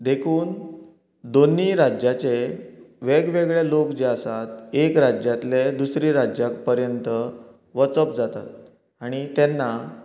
देखून दोनी राज्याचे वेगवेगळे लोक जे आसात एक राज्यातले दुसरे राज्या पर्यंत वचप जाता आनी तेन्ना